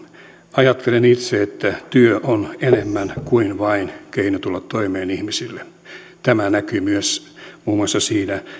ajattelen itse että työ on ihmisille enemmän kuin vain keino tulla toimeen tämä näkyy myös muun muassa siinä